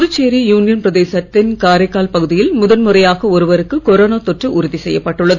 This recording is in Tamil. புதுச்சேரி யூனியன் பிரதேசத்தின் காரைக்கால் பகுதியில் முதன்முறையாக ஒருவருக்கு கொரோனா தொற்று உறுதி செய்யப்பட்டுள்ளது